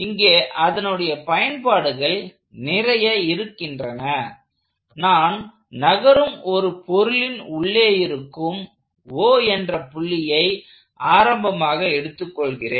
இங்கே அதனுடைய பயன்பாடுகள் நிறைய இருக்கின்றன நான் நகரும் ஒரு பொருளின் உள்ளே இருக்கும் O என்ற புள்ளியை ஆரம்பமாக எடுத்துக் கொள்கிறேன்